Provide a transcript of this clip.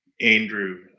Andrew